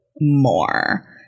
more